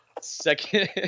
second